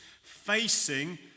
facing